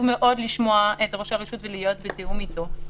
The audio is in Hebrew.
מאוד לשמוע את ראש הרשות ולהיות בתיאום איתו.